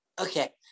okay